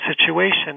situation